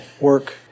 work